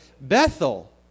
Bethel